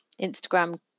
Instagram